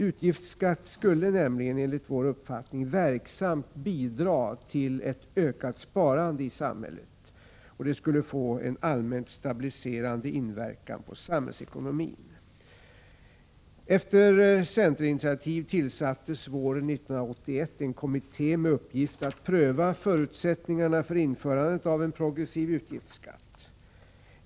Utgiftsskatt skulle nämligen enligt vår uppfattning verksamt bidra till ett ökat sparande i samhället och skulle också ha en allmänt stabiliserande inverkan på samhällsekonomin. Efter centerinitiativ tillsattes våren 1981 en kommitté med uppgift att pröva förutsättningarna för införande av en progressiv utgiftsskatt.